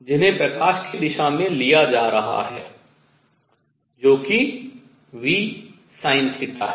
जिन्हे प्रकाश की दिशा में ले लिया जा रहा है जो कि vsinθ है